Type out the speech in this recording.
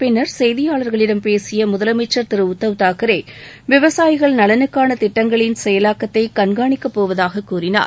பின்னர் செய்தியாளர்களிடம் பேசிய முதலமைச்சர் திரு உத்தவ் தாக்கரே விவசாயிகள் நலனுக்கான திட்டங்களின் செயலாக்கத்தை கண்காணிக்கப் போவதாகக் கூறினார்